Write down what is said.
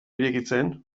irekitzen